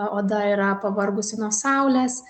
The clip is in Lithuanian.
oda yra pavargusi nuo saulės